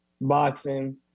boxing